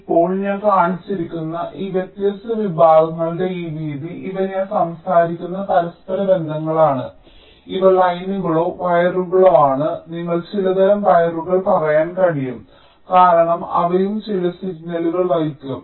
ഇപ്പോൾ ഞാൻ കാണിച്ചിരിക്കുന്ന ഈ വ്യത്യസ്ത വിഭാഗങ്ങളുടെ ഈ വീതി ഇവ ഞാൻ സംസാരിക്കുന്ന പരസ്പരബന്ധങ്ങളാണ് ഇവ ലൈനുകളോ വയറുകളോ ആണ് നിങ്ങൾക്ക് ചിലതരം വയറുകൾ പറയാൻ കഴിയും കാരണം അവയും ചില സിഗ്നലുകൾ വഹിക്കും